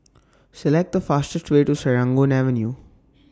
Select The fastest Way to Serangoon Avenue